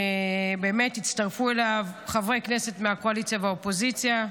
באמת הצטרפו אליו חברי כנסת מהקואליציה והאופוזיציה,